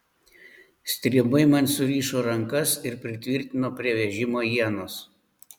stribai man surišo rankas ir pritvirtino prie vežimo ienos